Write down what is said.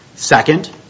Second